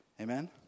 Amen